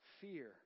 fear